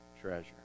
treasure